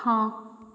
ହଁ